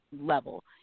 level